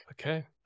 Okay